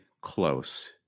close